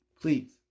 Please